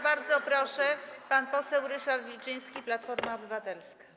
Bardzo proszę, pan poseł Ryszard Wilczyński, Platforma Obywatelska.